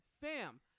fam